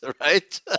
right